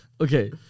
Okay